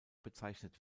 bezeichnet